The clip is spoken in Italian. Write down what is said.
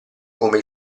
come